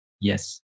Yes